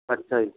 ਅੱਛਾ ਜੀ